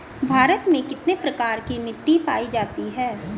भारत में कितने प्रकार की मिट्टी पाई जाती हैं?